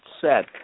set